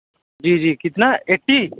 جی جی کتنا ایٹی